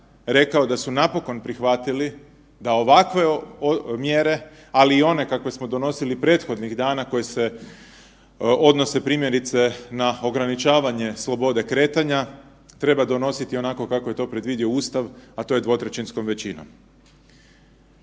rekao da su napokon prihvatili da ovakve mjere, ali i one kakve smo donosili prethodnih dana koje se odnose primjerice na ograničavanje slobode kretanja treba donositi onako kako je to predvidio Ustav, a to je dvotrećinskom većinom.